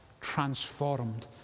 transformed